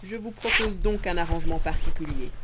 je vous propose donc un arrangement particulier